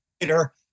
later